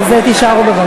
אז תישארו.